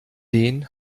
den